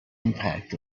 impact